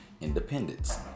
independence